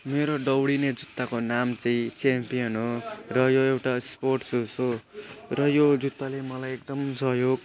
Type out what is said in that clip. मेरो दौडिने जुत्ताको नाम चाहिँ च्याम्पियन हो र यो एउटा स्पोर्ट्स सुस हो र यो जुत्ताले मलाई एकदम सहयोग